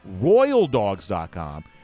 royaldogs.com